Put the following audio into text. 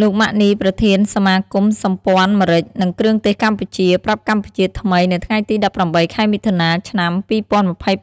លោក ម៉ាក់ នី ប្រធានសមាគមសហព័ន្ធម្រេច និងគ្រឿងទេសកម្ពុជា ប្រាប់កម្ពុជាថ្មីនៅថ្ងៃទី ១៨ ខែមិថុនា ឆ្នាំ ២០